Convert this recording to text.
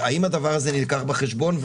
האם הדבר הזה נלקח בחשבון,